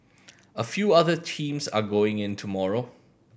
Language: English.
a few other teams are going in tomorrow